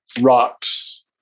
rocks